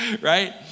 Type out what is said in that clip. Right